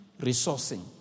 resourcing